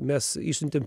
mes išsiuntėm